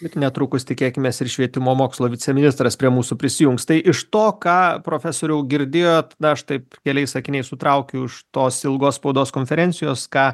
ir netrukus tikėkimės ir švietimo mokslo viceministras prie mūsų prisijungs tai iš to ką profesoriau girdėjot aš taip keliais sakiniais sutraukiau iš tos ilgos spaudos konferencijos ką